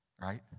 Right